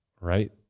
Right